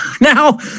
Now